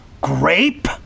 Grape